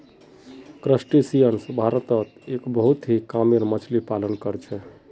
crustaceans भारतत एक बहुत ही कामेर मच्छ्ली पालन कर छे